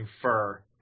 infer